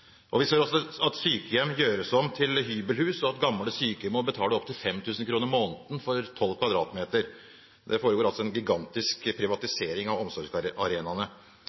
Vi ser også at sykehjem gjøres om til hybelhus, og at gamle og syke må betale opptil 5 000 kr måneden for 12 m2. Det foregår altså en gigantisk privatisering av